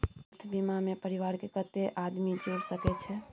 Health बीमा मे परिवार के कत्ते आदमी जुर सके छै?